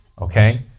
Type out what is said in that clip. Okay